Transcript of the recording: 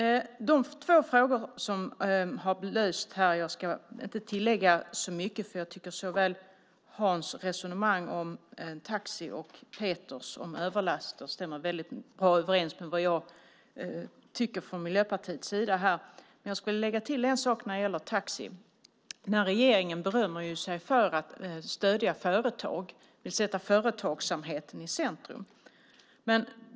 Jag ska inte tillägga så mycket i de två frågor som har belysts här. Jag tycker att såväl Hans resonemang om taxi som Peters om överlaster stämmer väldigt bra överens med vad vi i Miljöpartiet tycker. Jag skulle vilja lägga till en sak när det gäller taxi. Den här regeringen berömmer sig av att stödja företag och sätta företagsamheten i centrum.